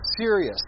serious